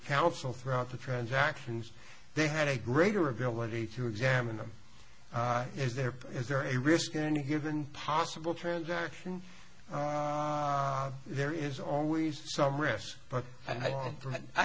counsel throughout the transactions they had a greater ability to examine them is there is there a risk in any given possible transaction there is always some risk but i